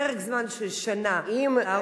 פרק זמן של שנה לערוך,